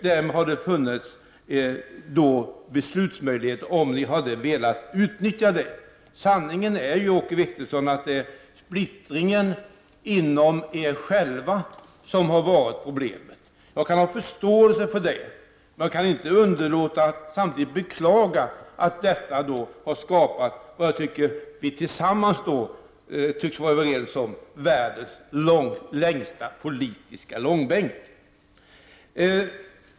Därmed har det funnits beslutsmöjligheter om socialdemokraterna hade velat utnyttja dem. Sanningen är ju, Åke Wictorsson, att det är splittringen inom det socialdemokratiska partiet som har varit problemet. Jag kan ha förståelse för detta. Men samtidigt kan jag inte underlåta att beklaga att detta har skapat, vilket vi båda tycks vara överens om, världens längsta politiska långbänk.